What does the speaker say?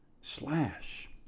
slash